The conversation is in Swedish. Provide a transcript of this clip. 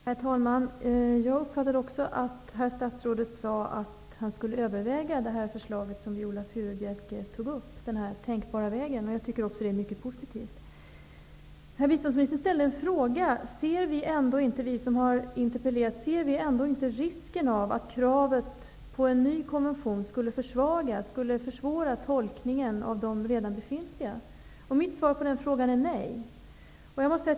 Herr talman! Jag uppfattade också att herr statsrådet sade att han skulle överväga det förslag som Viola Furubjelke tog upp, den här tänkbara vägen. Jag tycker också att det är mycket positivt. Biståndsministern ställde en fråga till oss: Ser vi som har interpellerat inte risken med att krav om en ny konvention skulle försvåra tolkningen av de redan befintliga? Mitt svar på den frågan är nej.